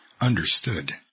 Understood